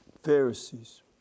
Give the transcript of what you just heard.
Pharisees